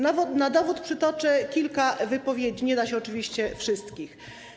Na dowód przytoczę kilka wypowiedzi, nie da się oczywiście wszystkich: